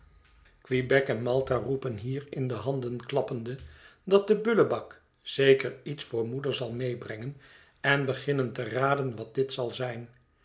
quebec en malta roepen hier in de handen klappende dat de bullebak zeker iets voor moeder zal meebrengen en beginnen te raden wat dit zal zijn